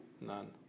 None